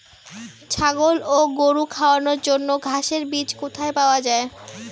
ছাগল ও গরু খাওয়ানোর জন্য ঘাসের বীজ কোথায় পাওয়া যায়?